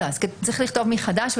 צריך לכתוב מחדש.